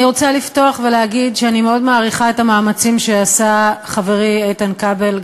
אני רוצה לפתוח ולהגיד שאני מאוד מעריכה את המאמצים שעשה חברי איתן כבל,